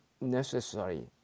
necessary